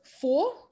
four